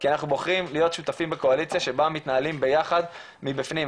כי אנחנו בוחרים להיות שותפים בקואליציה שבה מתנהלים ביחד מבפנים.